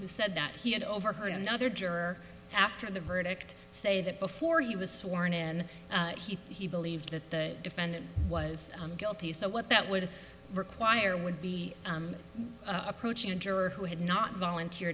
who said that he had overheard another juror after the verdict say that before he was sworn in he believed that the defendant was guilty so what that would require would be approaching a juror who had not volunteer